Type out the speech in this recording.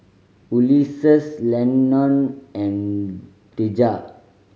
Ulises Lennon and Dejah